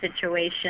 situation